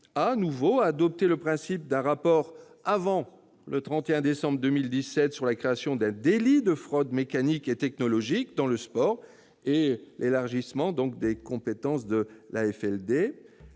ont adopté le principe d'un rapport, à remettre avant le 31 décembre 2017, sur la création d'un délit de fraude mécanique et technologique dans le sport et sur l'élargissement des compétences de l'Agence